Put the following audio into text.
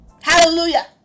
hallelujah